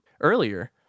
earlier